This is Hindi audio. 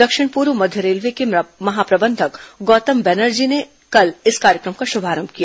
दक्षिण पूर्व मध्य रेलवे के महाप्रबंधक गौतम बनर्जी ने कल इस कार्यक्रम का शुभारंभ किया